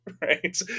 right